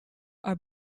are